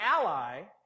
ally